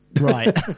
Right